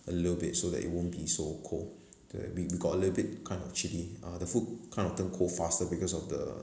a little bit so that it won't be so cold we got a little but kind of chilly uh the food kind of turn cold faster because of the